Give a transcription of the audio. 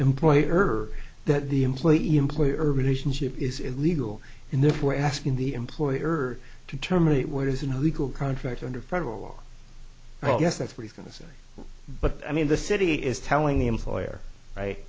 employer that the employee employer relationship is illegal in therefore asking the employee earth to terminate what is an illegal contract under federal law oh yes that's what he's going to say but i mean the city is telling the employer right